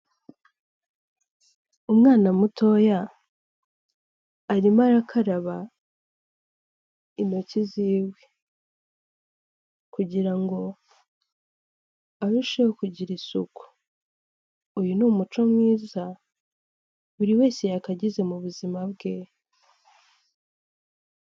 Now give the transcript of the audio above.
Umwana mutoya arimo arakaraba intoki ziwe, kugira ngo arusheho kugira isuku, uyu ni umuco mwiza buri wese yakagize muzima bwe.